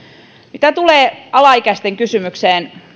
mitä tulee alaikäisten kysymykseen